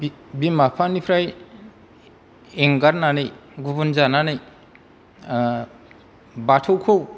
बिमा बिफानिफ्राय एंगारनानै गुबुन जानानै बाथौखौ